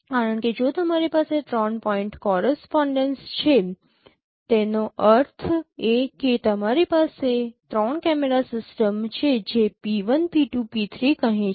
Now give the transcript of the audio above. કારણ કે જો તમારી પાસે 3 પોઇન્ટ કોરેસપોન્ડેન્સ છે તેનો અર્થ એ કે તમારી પાસે ત્રણ કેમેરા સિસ્ટમ છે જે P1 P2 P3 કહે છે